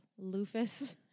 Lufus